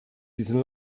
diesen